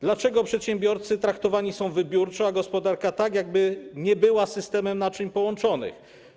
Dlaczego przedsiębiorcy traktowani są wybiórczo, a gospodarka tak, jakby nie była systemem naczyń połączonych?